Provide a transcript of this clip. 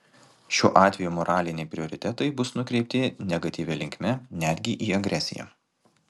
šiuo atveju moraliniai prioritetai bus nukreipti negatyvia linkme netgi į agresiją